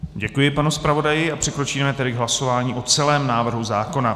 Děkuji panu zpravodaji a přikročíme tedy k hlasování o celém návrhu zákona.